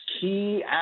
key